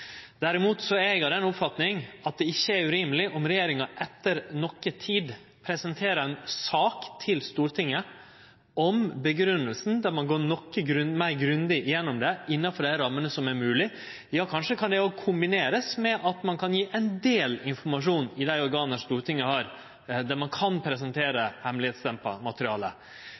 Derimot meiner eg at det ikkje er urimeleg at regjeringa etter noka tid presenterer ei sak for Stortinget om grunngjevinga, der ein går noko meir grundig igjennom det, innanfor dei rammene som er moglege – ja kanskje kan det òg kombinerast med at ein kan gje ein del informasjon i dei organa Stortinget har, der ein kan presentere